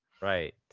Right